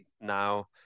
now